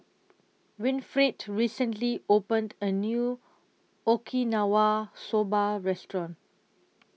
Winifred recently opened A New Okinawa Soba Restaurant